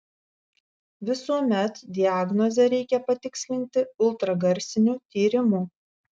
visuomet diagnozę reikia patikslinti ultragarsiniu tyrimu